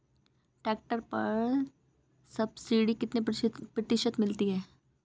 Tractor पर subsidy कितने प्रतिशत मिलती है?